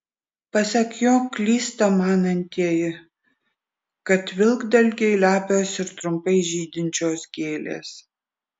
pasak jo klysta manantieji kad vilkdalgiai lepios ir trumpai žydinčios gėlės